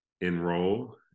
enroll